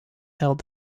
held